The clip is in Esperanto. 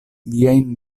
viajn